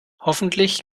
hoffentlich